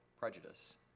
prejudice